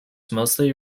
mostly